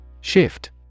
Shift